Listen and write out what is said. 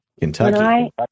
Kentucky